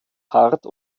hart